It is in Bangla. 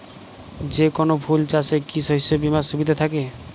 যেকোন ফুল চাষে কি শস্য বিমার সুবিধা থাকে?